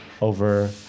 over